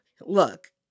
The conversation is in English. look